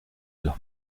los